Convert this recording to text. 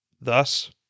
Thus